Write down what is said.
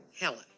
Helen